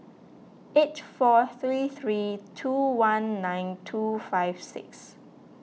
eight four three three two one nine two five six